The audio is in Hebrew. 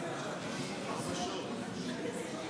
הכנסת, להלן תוצאות